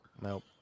Nope